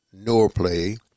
NorPlay